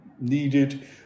needed